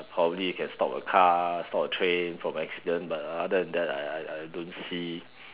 probably you can stop a car stop a train from accident but other than that I I I don't see